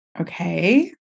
Okay